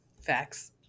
Facts